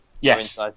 Yes